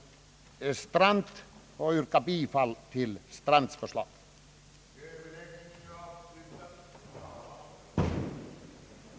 Härmed får jag anhålla om tjänstledighet från riksdagsarbetet under tiden den 29 12 1967 för deltagande i OECD:s ministerråd i Paris.